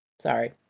Sorry